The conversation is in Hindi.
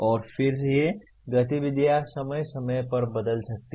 और फिर ये गतिविधियाँ समय समय पर बदल सकती हैं